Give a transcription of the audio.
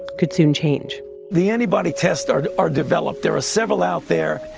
could soon change the antibody tests are are developed. there are several out there.